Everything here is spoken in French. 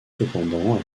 cependant